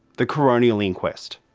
the coronial inquest.